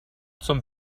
zum